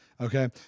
okay